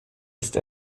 ist